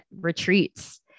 retreats